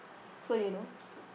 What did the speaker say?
so you know